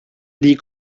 die